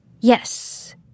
Yes